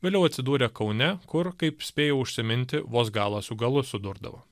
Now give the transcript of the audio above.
vėliau atsidūrė kaune kur kaip spėjau užsiminti vos galą su galu sudurdavo